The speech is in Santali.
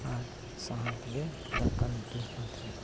ᱟᱨ ᱥᱟᱦᱟᱱ ᱛᱮᱞᱮ ᱫᱟᱠᱟ ᱩᱛᱩᱭᱮᱫ ᱠᱟᱱ ᱛᱟᱦᱮᱸᱜᱼᱟ